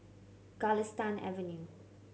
Galistan Avenue